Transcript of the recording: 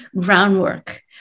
groundwork